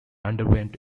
underwent